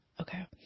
Okay